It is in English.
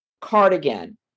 cardigan